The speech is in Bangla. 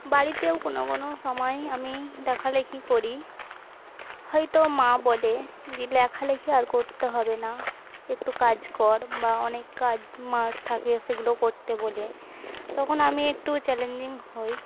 বাড়িতেও কোনো কোনো সমায় আমি লেখালিখি করি হয়তো মা বলে যে ল্যাখালেখি আর করতে হবে না একটু কাজ কর বা অনেক কাজ মার থাকে সেগুলো করতে বলে তখন আমি একটু চ্যালেঞ্জিং হই